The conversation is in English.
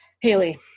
Haley